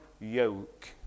yoke